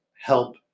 help